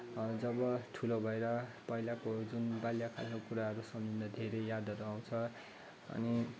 अब जब ठुलो भएर पहिलाको यो जुन बाल्यकालको कुराहरू सम्झिँदा धेरै यादहरू आउँछ अनि